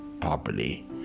properly